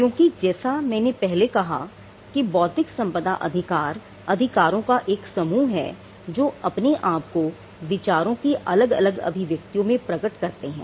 क्योंकि जैसा कि मैंने पहले कहा कि बौद्धिक संपदा अधिकार अधिकारों का एक समूह है जो अपने आप को विचारों की अलग अलग अभिव्यक्तियों में प्रकट करते हैं